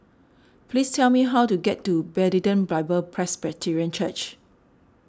please tell me how to get to Bethlehem Bible Presbyterian Church